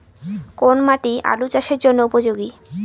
কোন মাটি আলু চাষের জন্যে উপযোগী?